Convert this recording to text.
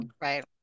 Right